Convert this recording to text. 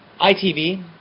ITV